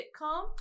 sitcom